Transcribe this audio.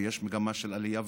ויש מגמה של עלייה,